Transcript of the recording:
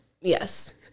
yes